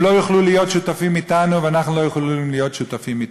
הם לא יוכלו להיות שותפים אתנו ואנחנו לא יכולים להיות שותפים אתם.